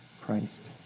Christ